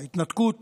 ההתנתקות